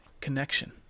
connection